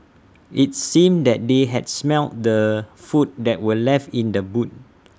IT seemed that they had smelt the food that were left in the boot